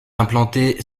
implantée